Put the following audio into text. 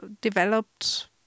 developed